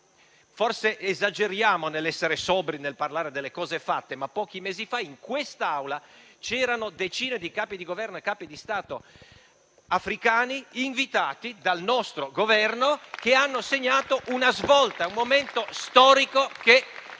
Forse esageriamo nell'essere sobri parlando delle cose fatte, ma pochi mesi fa in quest'Aula c'erano decine di Capi di Governo e Capi di Stato africani invitati dal nostro Governo che hanno segnato una svolta, un momento storico di